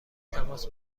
تماس